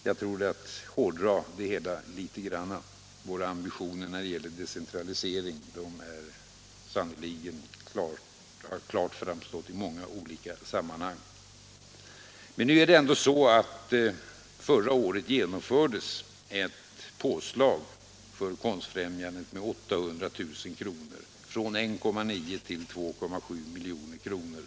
Jag tror att det är att hårdra det hela litet grand. Våra ambitioner när det gäller decentralisering har sannerligen klart framstått i många olika sammanhang. Nu är det ändå så, att det förra året gjordes ett påslag för Konstfrämjandet med 800 000 kr., från 1,9 till 2,7 milj.kr.